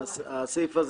הסעיף,